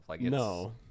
no